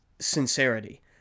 sincerity